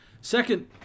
second